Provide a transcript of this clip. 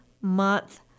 month